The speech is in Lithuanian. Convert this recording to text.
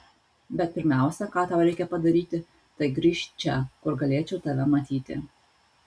bet pirmiausia ką tau reikia padaryti tai grįžt čia kur galėčiau tave matyti